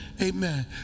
Amen